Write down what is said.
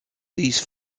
these